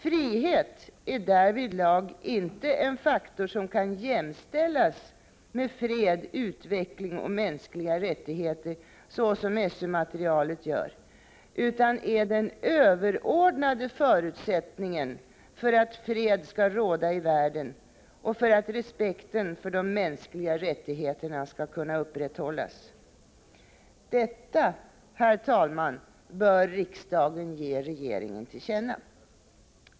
Frihet är därvidlag inte en faktor som kan jämställas med fred, utveckling och mänskliga rättigheter, så som SÖ materialet gör, utan är den överordnade förutsättningen för att fred skall råda i världen och för att respekten för de mänskliga rättigheterna skall kunna upprätthållas. ; Detta, herr talman, bör riksdagen ge regeringen till känna.